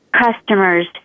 customers